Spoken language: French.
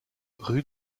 rue